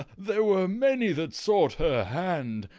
there were many that sought her hand.